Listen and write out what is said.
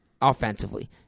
Offensively